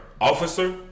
officer